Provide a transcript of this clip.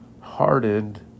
hardened